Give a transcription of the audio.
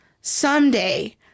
someday